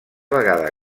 vegada